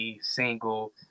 single